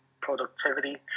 productivity